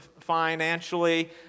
financially